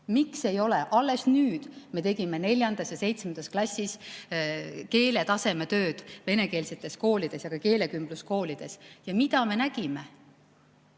Miks ei ole? Alles nüüd me tegime neljandas ja seitsmendas klassis keeletasemetööd venekeelsetes koolides ja keelekümbluskoolides. Ja mida me nägime?